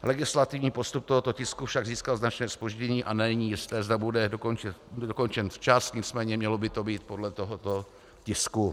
Legislativní postup tohoto tisku však získal značné zpoždění a není jisté, zda bude dokončen včas, nicméně mělo by to být podle tohoto tisku.